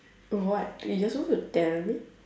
what you are suppose to tell me